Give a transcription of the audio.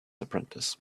apprentice